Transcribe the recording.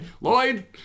Lloyd